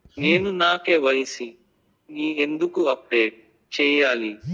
నేను నా కె.వై.సి ని ఎందుకు అప్డేట్ చెయ్యాలి?